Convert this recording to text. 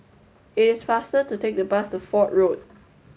it is faster to take the bus to Fort Road